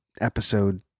episode